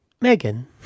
Megan